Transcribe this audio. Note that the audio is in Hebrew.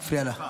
אתה מפריע לה.